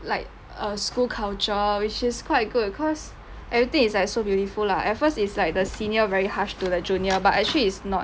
like err school culture which is quite good cause everything is like so beautiful lah at first is like the senior very harsh to their junior but actually it's not